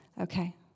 Okay